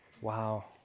wow